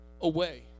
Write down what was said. away